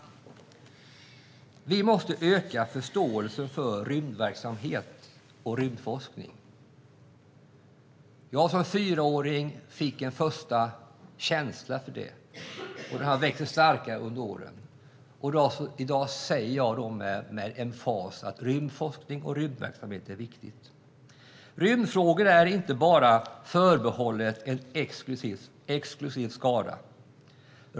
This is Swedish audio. Vi måste öka förståelsen för rymdverksamhet och rymdforskning. Jag fick som fyraåring en första känsla för detta, och den har växt sig starkare under åren. I dag säger jag med emfas att det är viktigt med rymdforskning och rymdverksamhet. Rymdfrågor är inte bara förbehållna en exklusiv skara.